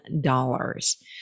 dollars